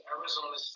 Arizona